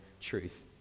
truth